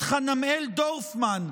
את חנמאל דורפמן,